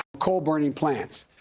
coal burning plants.